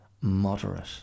moderate